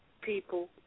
people